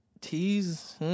Tease